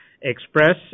Express